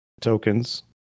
tokens